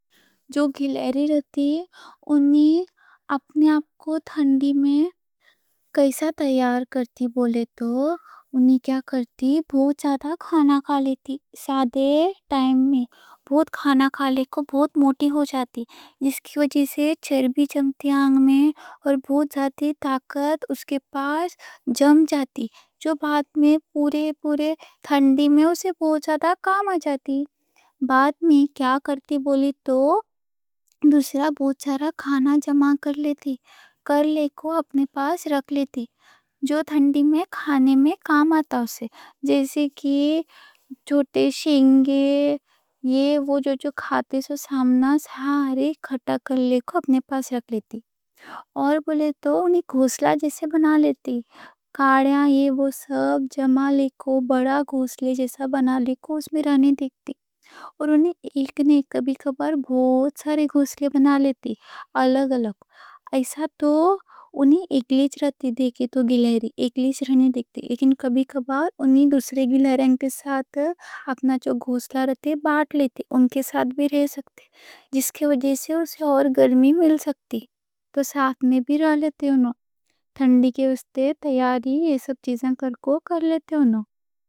جو گلہری رہتی ہے، انہی اپنے آپ کوں ٹھنڈی میں کیسا تیار کرتی بولے تو انہی کیا کرتی۔ بہت زیادہ کھانا کھا لیتی، سادے ٹائم میں بہت کھانا کھا لے کوں بہت موٹی ہو جاتی۔ جس کی وجہ سے چربی انگ میں جمتی اور بہت زیادہ طاقت اس کے پاس جم جاتی۔ جو بعد میں پورے پورے ٹھنڈی میں اسے بہت زیادہ کام آ جاتی۔ بعد میں کیا کرتی، بولے تو دوسرا بہت زیادہ کھانا جمع کر لیتی، کھانے کوں اپنے پاس رکھ لیتی۔ جو ٹھنڈی میں کھانے میں کام آتا۔ اسے جیسے کہ چھوٹے شنگے یہ وہ جو جو کھاتے سو، ساری کھٹا کر لے کوں اپنے پاس رکھ لیتی۔ اور بولے تو انہی گھونسلا جیسے بنا لیتی۔ کھالیاں یہ وہ سب جمع لے کوں، بڑا گھونسلا جیسا بنا لے کوں، اس میں رہنے دیکھتی۔ اور انہی ایک نے کبھی کبھار بہت سارے گھونسلا بنا لیتی الگ الگ۔ ایسا تو انہی اکیلیچ رہتی۔ دیکھے تو گلہری اکیلیچ رہنے دیکھتی، لیکن کبھی کبھار انہی دوسرے گلہریاں کے ساتھ اپنا جو گھونسلا رہتا، بانٹ لیتی۔ ان کے ساتھ بھی رہ سکتی جس کے وجہ سے اسے اور گرمی مل سکتی۔ تو ساتھ میں بھی رہ لیتی، انہوں ٹھنڈی کے واسطے تیاری یہ سب چیزاں کر لیتے انہوں۔